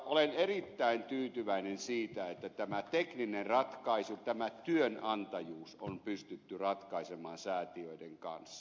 olen erittäin tyytyväinen siitä että tämä tekninen ratkaisu tämä työnantajuus on pystytty ratkaisemaan säätiöiden kanssa